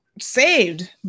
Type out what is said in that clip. saved